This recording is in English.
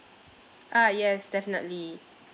ah yes definitely